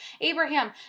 Abraham